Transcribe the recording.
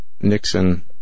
Nixon